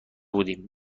بودیم